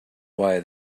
why